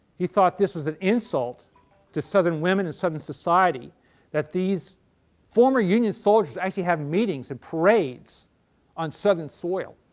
he thought this was an insult to southern women and southern society that these former union soldiers actually had meetings and parades on southern soil.